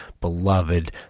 beloved